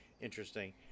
interesting